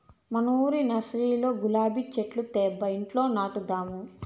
మనూరి నర్సరీలో గులాబీ చెట్లు తేబ్బా ఇంట్ల నాటదాము